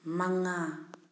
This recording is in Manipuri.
ꯃꯉꯥ